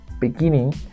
beginning